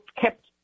kept